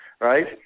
Right